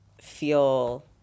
feel